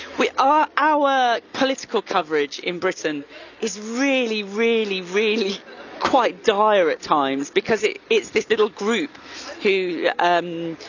we are, our political coverage in britain is really, really, really quite dire at times because it, it's this little group who um,